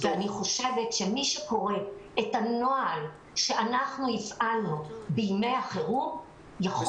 מי שקורא את הנוהל שהפעלנו בימי החירום יכול